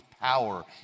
power